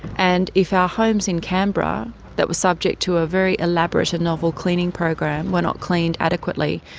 and if our homes in canberra that were subject to a very elaborate and novel cleaning program were not cleaned adequately,